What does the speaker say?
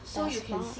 that's fine